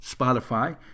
Spotify